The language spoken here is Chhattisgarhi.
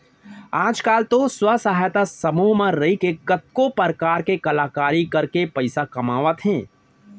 आज काल तो स्व सहायता समूह म रइके कतको परकार के कलाकारी करके पइसा कमावत हें